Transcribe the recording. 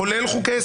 כולל חוקי יסוד.